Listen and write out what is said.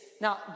now